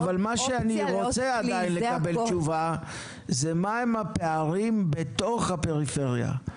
אבל מה שאני רוצה עדיין לקבל תשובה הם מהם הפערים בתוך הפריפריה.